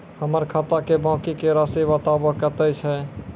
हमर खाता के बाँकी के रासि बताबो कतेय छै?